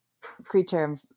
creature